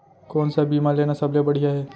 कोन स बीमा लेना सबले बढ़िया हे?